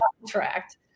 contract